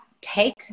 take